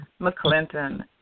McClinton